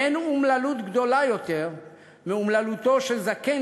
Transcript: אין אומללות גדולה יותר מאומללותו של זקן